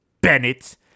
Bennett